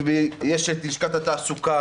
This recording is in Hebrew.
יש את לשכת התעסוקה,